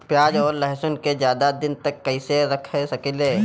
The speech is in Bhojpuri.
प्याज और लहसुन के ज्यादा दिन तक कइसे रख सकिले?